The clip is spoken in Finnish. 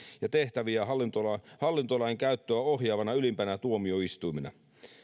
ja tehtäviä hallintolainkäyttöä ohjaavana ylimpänä tuomioistuimena